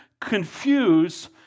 confuse